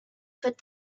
fit